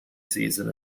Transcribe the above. season